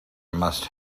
must